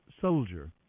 soldier